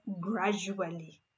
gradually